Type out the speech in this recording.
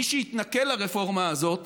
מי שיתנכל לרפורמה הזאת